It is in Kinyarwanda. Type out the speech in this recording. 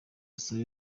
asabe